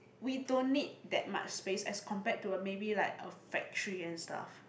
we don't need that much space as compare to a maybe like a factory and stuff